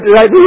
Right